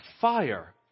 fire